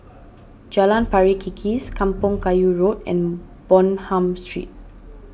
Jalan Pari Kikis Kampong Kayu Road and Bonham Street